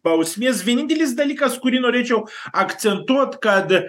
bausmės vienintelis dalykas kurį norėčiau akcentuot kad